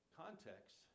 context